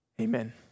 Amen